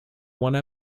one